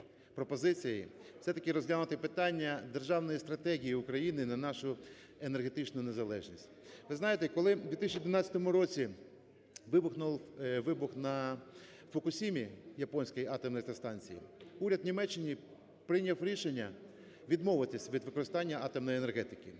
пропозицією. Все-таки розглянути питання державної стратегії України на нашу енергетичну незалежність. Ви знаєте, коли в 2011 році вибухнув вибух на Фукусімі японській атомній електростанції, уряд в Німеччині прийняв рішення відмовитися від використання атомної енергетики.